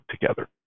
together